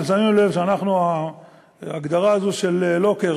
אתם שמים לב שההגדרה הזו של לוקר,